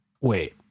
wait